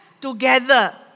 Together